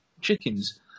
chickens